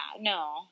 no